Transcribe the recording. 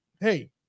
Hey